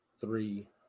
Three